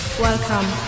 Welcome